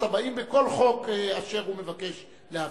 הבאים בכל חוק אשר הוא מבקש להעביר.